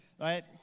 right